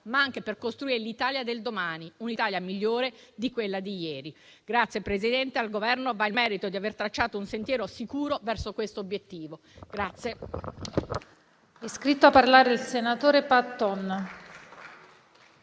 ma anche per costruire l'Italia del domani, un'Italia migliore di quella di ieri. Al Governo va il merito di aver tracciato un sentiero sicuro verso questo obiettivo.